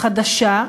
חדשה,